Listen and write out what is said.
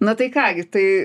na tai ką gi tai